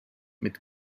mit